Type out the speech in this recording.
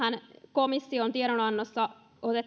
komission tiedonannossahan otettiin